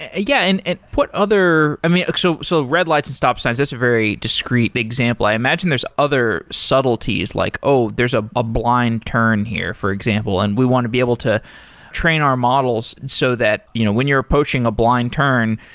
yeah, and what other i mean, like so so red lights and stop signs, it's a very discrete example. i imagine there's other subtleties like, oh, there's ah a blind turn here for example, and we want to be able to train our models and so that you know when you're approaching a blind turn,